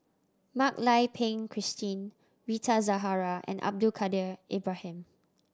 Mak Lai Peng Christine Rita Zahara and Abdul Kadir Ibrahim